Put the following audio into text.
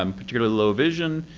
um particularly low vision,